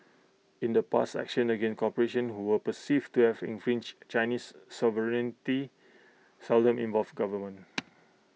in the past actions against corporations who were perceived to have infringed Chinese sovereignty seldom involved government